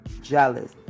jealous